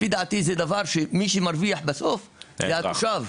לפי דעתי מי שמרוויח בסוף מהדבר הזה זה התושב והאזרח.